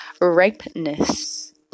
Ripeness